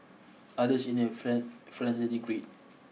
others in their friend agreed